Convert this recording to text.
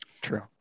True